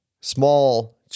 Small